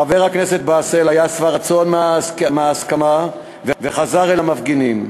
חבר הכנסת באסל היה שבע רצון מההסכמה וחזר אל המפגינים,